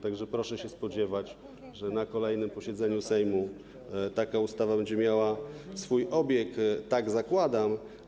Tak że proszę się spodziewać, że na kolejnym posiedzeniu Sejmu taka ustawa będzie miała swój obieg, tak zakładam.